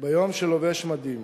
ביום שהוא לובש מדים.